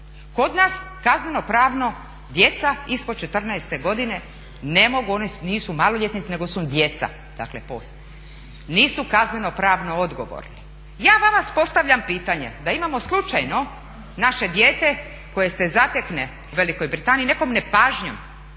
Kod nas kaznenopravno djeca ispod 14. godine ne mogu, oni nisu maloljetnici nego su djeca dakle…, nisu kaznenopravno odgovorni. Ja vama postavljam pitanje, da imamo slučajno naše dijete koje se zatekne u Velikoj Britaniji i nekom nepažnjom